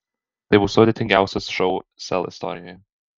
tai bus sudėtingiausias šou sel istorijoje